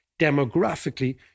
demographically